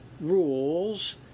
rules